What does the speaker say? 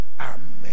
Amen